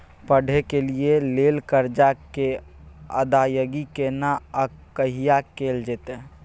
पढै के लिए लेल कर्जा के अदायगी केना आ कहिया कैल जेतै?